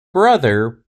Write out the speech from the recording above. brother